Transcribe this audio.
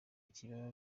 ikibaba